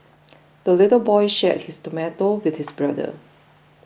the little boy shared his tomato with his brother